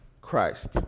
Christ